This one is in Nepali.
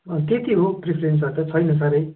के के प्रिफरेन्सहरू त छैन साह्रै